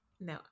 No